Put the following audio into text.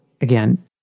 again